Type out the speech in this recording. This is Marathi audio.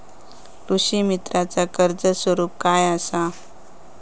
कृषीमित्राच कर्ज स्वरूप काय असा?